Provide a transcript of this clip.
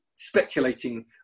speculating